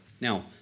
Now